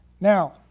Now